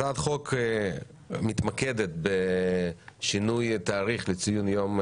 הצעת החוק מתמקדת בשינוי התאריך לציון יום